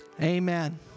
Amen